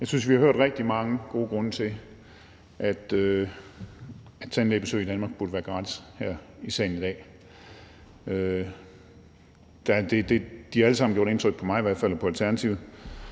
i salen i dag har hørt rigtig mange gode grunde til, at tandlægebesøg i Danmark burde være gratis. De har i hvert fald alle sammen gjort indtryk på mig og Alternativet;